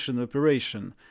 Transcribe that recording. operation